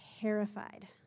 terrified